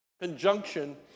conjunction